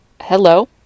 hello